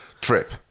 Trip